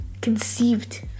conceived